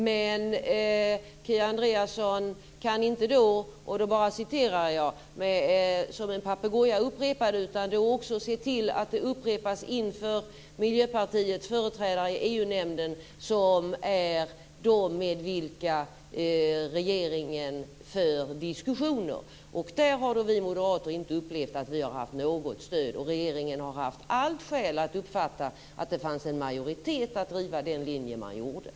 Men kan då inte Kia Andreasson - som en papegoja - se till att detta upprepas inför Miljöpartiets företrädare i EU nämnden som är det organ med vilken regeringen för sina diskussioner? Där har då vi moderater inte upplevt att vi har haft något stöd, och regeringen har haft alla skäl att uppfatta att det fanns en majoritet för att driva den linjen.